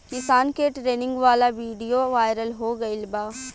किसान के ट्रेनिंग वाला विडीओ वायरल हो गईल बा